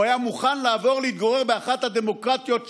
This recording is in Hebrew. היה מוכן לעבור להתגורר באחת הדמוקרטיות שלידנו,